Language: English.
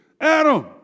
Adam